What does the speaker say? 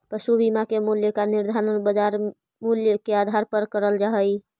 पशु बीमा के मूल्य का निर्धारण बाजार मूल्य के आधार पर करल जा हई